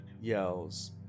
yells